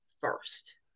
first